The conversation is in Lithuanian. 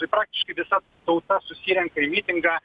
tai praktiškai visa tauta susirenka į mitingą